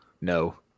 No